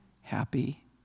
happy